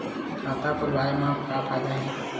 खाता खोलवाए मा का फायदा हे